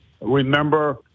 remember